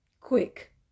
quick